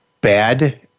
bad